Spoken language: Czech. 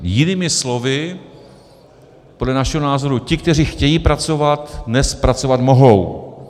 Jinými slovy, podle našeho názoru ti, kteří chtějí pracovat, dnes pracovat mohou.